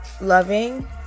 loving